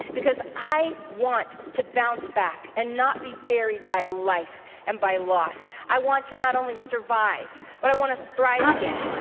because i want to bounce back and not be buried by life and by loss. i want to not only survive, but i want to thrive again.